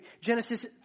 Genesis